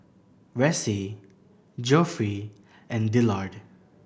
Ressie Geoffrey and Dillard